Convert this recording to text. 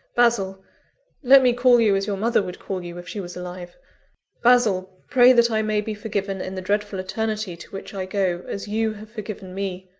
basil let me call you as your mother would call you if she was alive basil! pray that i may be forgiven in the dreadful eternity to which i go, as you have forgiven me!